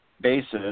basis